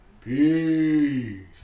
Peace